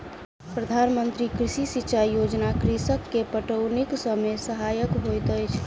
प्रधान मंत्री कृषि सिचाई योजना कृषक के पटौनीक समय सहायक होइत अछि